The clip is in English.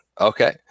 Okay